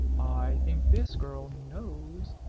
i think this girl knows,